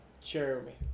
Jeremy